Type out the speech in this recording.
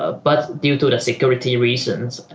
ah but due due to security reasons,